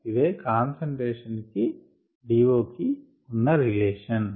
ఇదే కాన్సంట్రేషన్ కి DO కి ఉన్న రిలేషన్